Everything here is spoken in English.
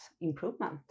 improvement